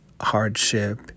hardship